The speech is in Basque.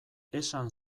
esan